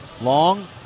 Long